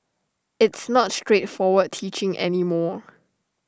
it's not straightforward teaching any more